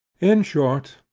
in short,